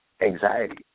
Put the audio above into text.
anxiety